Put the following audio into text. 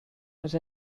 els